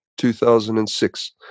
2006